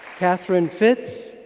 katherine fitz